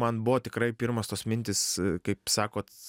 man buvo tikrai pirmos tos mintys kaip sakot